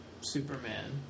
Superman